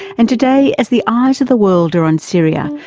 and today, as the eyes of the world are on syria,